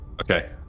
Okay